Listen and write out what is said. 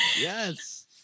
Yes